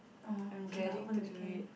oh k lah over the weekend